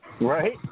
Right